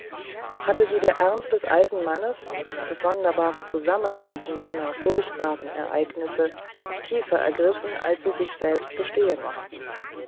doch hatte sie der ernst des alten mannes das sonderbare zusammentreffen jener furchtbaren ereignisse tiefer ergriffen als sie sich selbst gestehen mochten